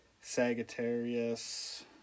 Sagittarius